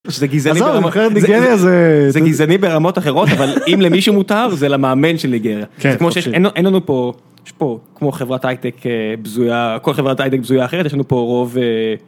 זה גזעני ברמות אחרות, אבל אם למישהו מותר זה למאמן של ניגריה, אין לנו פה כמו חברת הייטק, כל חברת הייטק בזויה אחרת יש לנו פה רוב.